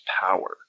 power